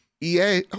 EA